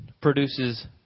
produces